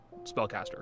spellcaster